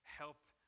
helped